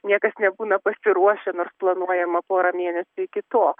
niekas nebūna pasiruošę nors planuojama porą mėnesių iki to